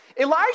Elijah